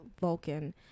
Vulcan